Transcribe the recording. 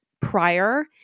prior